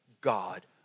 God